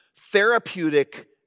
therapeutic